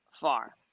far